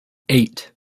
eight